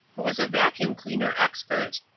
who was a vacuum cleaner expert,